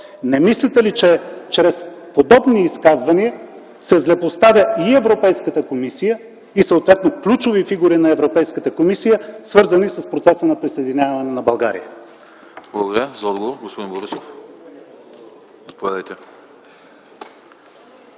не мислите ли, че чрез подобни изказвания се злепоставя и Европейската комисия, и съответни ключови фигури на Европейската комисия, свързани с процеса на присъединяване на България?